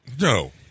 no